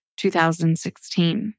2016